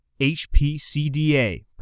HPCDA